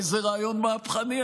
איזה רעיון מהפכני.